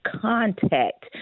contact